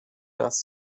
das